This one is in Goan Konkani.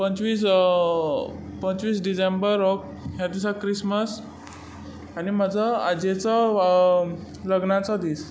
पंचवीस पंचवीस डिजेंबर हो ह्या दिसा क्रिसमस आनी म्हज्या आजेचो लग्नाचो दीस